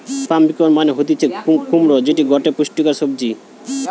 pumpkin মানে হতিছে কুমড়ো যেটি গটে পুষ্টিকর সবজি